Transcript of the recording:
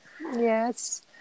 Yes